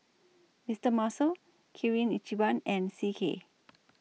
Mister Muscle Kirin Ichiban and C K